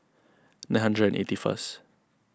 nine hundred and eighty first